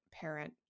Parent